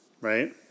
right